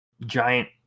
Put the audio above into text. giant